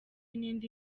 n’indi